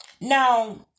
Now